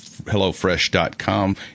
hellofresh.com